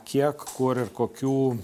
kiek kur ir kokių